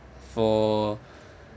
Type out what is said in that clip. for